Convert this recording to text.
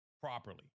Properly